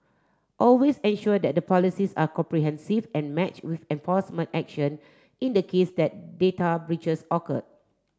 always ensure that the policies are comprehensive and match with enforcement action in the case that data breaches occur